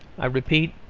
i repeat,